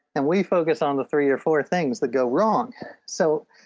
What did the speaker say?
and we focus on the three or four things that go wrong so,